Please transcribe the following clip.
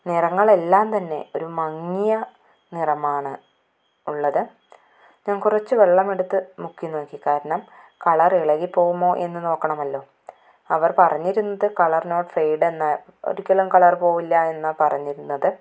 നിറങ്ങള് എല്ലാം തന്നെ ഒരു മങ്ങിയ നിറമാണ് ഉള്ളത് ഞാന് കുറച്ചു വെള്ളമെടുത്ത് മുക്കിനോക്കി കാരണം കളര് ഇളകിപ്പോകുമോ എന്ന് നോക്കണമല്ലോ അവര് പറഞ്ഞിരുന്നത് കളര് നോ ഫെയ്ഡ് എന്ന് ഒരിക്കലും കളര് പോകില്ല എന്നാ പറഞ്ഞിരുന്നത്